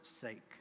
sake